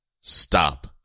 Stop